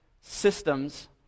systems